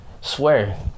swear